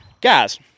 Guys